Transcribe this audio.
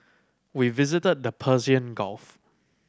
we visited the Persian Gulf